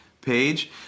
page